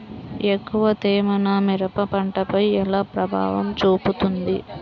ఎక్కువ తేమ నా మిరప పంటపై ఎలా ప్రభావం చూపుతుంది?